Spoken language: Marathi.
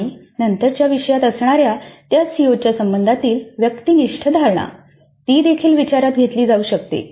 आणि नंतरच्या विषयात असणारा त्या सीओच्या संबंधातील व्यक्तिनिष्ठ धारणा ती देखील विचारात घेतली जाऊ शकते